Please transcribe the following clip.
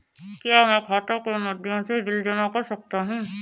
क्या मैं खाता के माध्यम से बिल जमा कर सकता हूँ?